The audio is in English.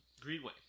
Greenway